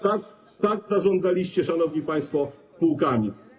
Tak zarządzaliście, szanowni państwo, spółkami.